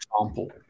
example